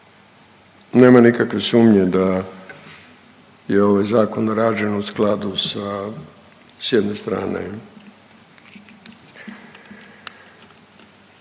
nema nikakve sumnje da je ovaj zakon rađen u skladu sa s jedne strane